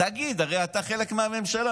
תגיד, הרי אתה חלק מהממשלה.